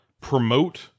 promote